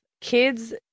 kids